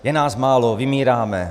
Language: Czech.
Je nás málo, vymíráme.